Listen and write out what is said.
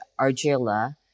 argilla